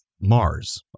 Mars